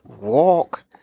walk